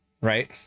Right